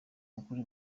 mukuru